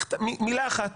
מילה אחת